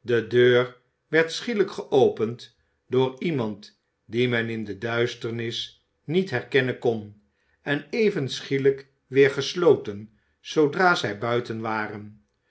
de deur werd schielijk geopend door iemand dien men in de duisternis niet herkennen kon en even schielijk weer gesloten zoodra zij buiten waren